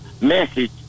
message